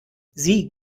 sieh